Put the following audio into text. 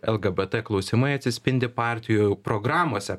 lgbt klausimai atsispindi partijų programose